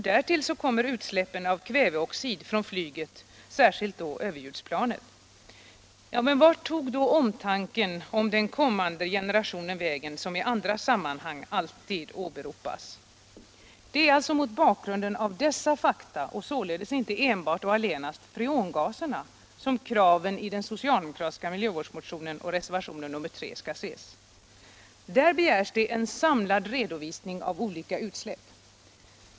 Därtill kommer utsläppen av kväveoxid från flyget, särskilt då överljudsplanen. Vart tog omtanken om den kommande generationen vägen, som i andra sammanhang alltid åberopas? Det är mot bakgrund av dessa fakta och således inte allenast användningen av freongaserna som kraven i den socialdemokratiska miljövårdsmotionen och reservationen nr 3 skall ses. Där begärs en samlad redovisning av olika utsläpp.